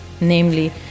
namely